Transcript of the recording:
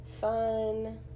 fun